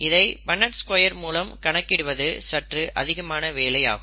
இதை Punnett square மூலம் கணக்கிடுவது சற்று அதிகமான வேலை ஆகும்